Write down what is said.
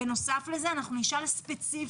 בנוסף לזה, אנחנו נשאל ספציפית